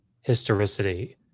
historicity